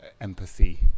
empathy